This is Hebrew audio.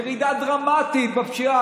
ירידה דרמטית בפשיעה,